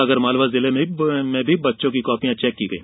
आगरमालवा जिले में भी बच्चों की कॉपियां चेक की गई